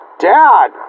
Dad